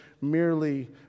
merely